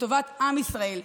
את טובת עם ישראל.